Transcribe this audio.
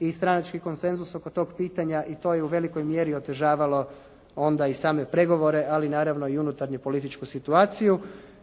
i stranački konsenzus oko tog pitanja i to je u velikoj mjeri otežavalo onda i same pregovore ali naravno i unutarnje političku situaciju.